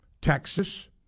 Texas